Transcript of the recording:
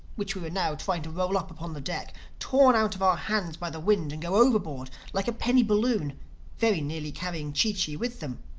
which we were now trying to roll up upon the deck, torn out of our hands by the wind and go overboard like a penny balloon very nearly carrying chee-chee with them.